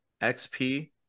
XP